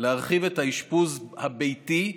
להרחיב את האשפוז הביתי,